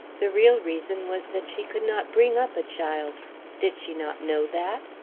the real reason was that she could not bring up a child did she not know that.